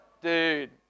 Dude